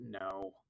no